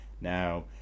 Now